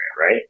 Right